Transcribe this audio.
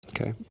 Okay